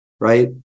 right